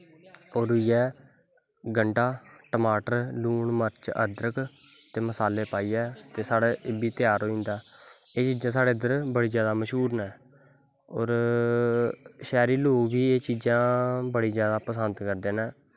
कोड़ियै गंडा टमाटर लून मर्च आदरक ते मसाले पाइयै एह् बी त्यार होई जंदा एह् चीजां साढ़ै इद्धर बड़ी जैदा मश्हूर न होर शैह्री लोग बी एह् चीजां बड़ियां पसंद करदे न